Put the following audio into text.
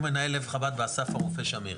הוא מנהל לב חב"ד באסף הרופא שמיר.